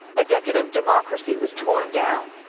a decadent democracy was torn down,